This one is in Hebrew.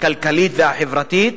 הכלכלית והחברתית,